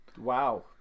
Wow